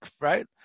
Right